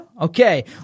Okay